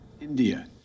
India